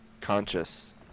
conscious